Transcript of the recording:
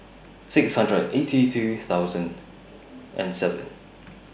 six hundred and eighty two thousand and seven